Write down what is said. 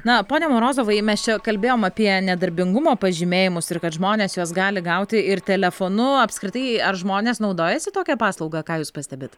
na pone morozovai mes čia kalbėjom apie nedarbingumo pažymėjimus ir kad žmonės juos gali gauti ir telefonu apskritai ar žmonės naudojasi tokia paslauga ką jūs pastebit